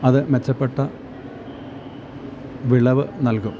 അത് മെച്ചപ്പെട്ട വിളവ് നൽകും